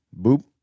boop